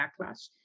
backlash